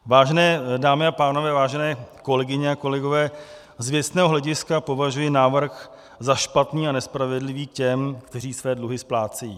Vážené dámy a pánové, vážené kolegyně a kolegové, z věcného hlediska považuji návrh za špatný a nespravedlivý k těm, kteří své dluhy splácejí.